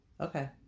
okay